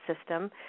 system